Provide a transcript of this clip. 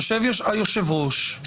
יושב היושב-ראש,